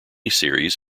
series